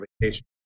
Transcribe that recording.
vacation